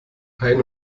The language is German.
ein